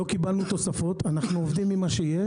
לא קיבלנו תוספות ואנחנו עובדים עם מה שיש.